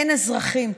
אין אזרחים,